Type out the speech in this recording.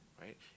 right